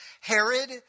Herod